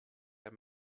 der